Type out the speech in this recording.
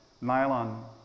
nylon